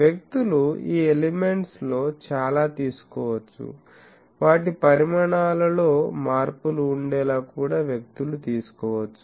వ్యక్తులు ఈ ఎలిమెంట్స్ లో చాలా తీసుకోవచ్చు వాటి పరిమాణాల లో మార్పులు ఉండేలా కూడా వ్యక్తులు తీసుకోవచ్చు